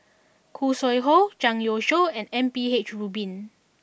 Khoo Sui Hoe Zhang Youshuo and M P H Rubin